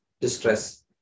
distress